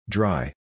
Dry